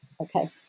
okay